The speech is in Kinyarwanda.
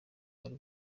ari